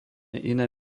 iné